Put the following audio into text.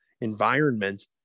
environment